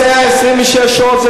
אתה נוסע 26 שעות,